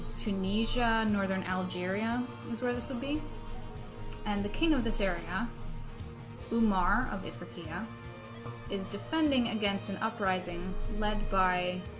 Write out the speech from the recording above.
tunisia northern algeria is where this would be and the king of this area umar of it rakia is defending against an uprising led by